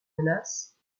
menace